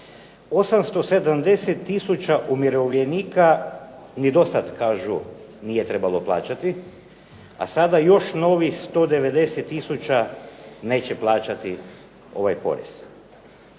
870 tisuća umirovljenika ni dosad kažu nije trebalo plaćati, a sada još novih 190 tisuća neće plaćati ovaj porez.